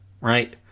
right